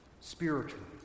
spiritually